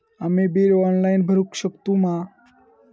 आम्ही bill online भरुक शकतू मा?